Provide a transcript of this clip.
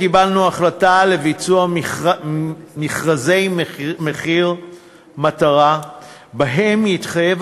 קיבלנו החלטה לביצוע מכרזי מחיר מטרה שבהם יתחייב